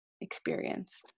experience